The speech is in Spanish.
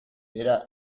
era